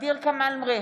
ע'דיר כמאל מריח,